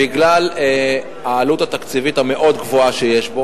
בגלל העלות התקציבית המאוד גבוהה שלו.